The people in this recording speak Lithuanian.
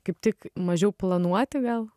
kaip tik mažiau planuoti gal